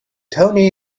tony